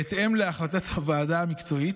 בהתאם להחלטת הוועדה המקצועית.